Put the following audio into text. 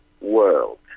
world